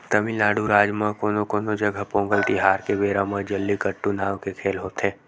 तमिलनाडू राज म कोनो कोनो जघा पोंगल तिहार के बेरा म जल्लीकट्टू नांव के खेल होथे